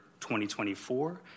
2024